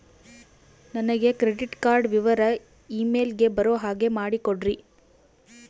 ನನಗೆ credit card ವಿವರ email ಗೆ ಬರೋ ಹಾಗೆ ಮಾಡಿಕೊಡ್ರಿ?